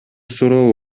суроо